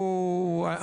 למשפחות.